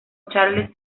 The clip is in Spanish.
charles